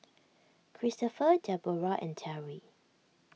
Christopher Deborrah and Terry